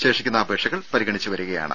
ശേഷിക്കുന്ന അപേക്ഷകൾ പരിഗണിച്ചുവരികയാണ്